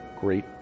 great